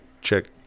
check